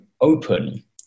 open